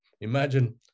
imagine